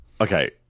Okay